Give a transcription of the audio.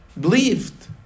believed